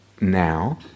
now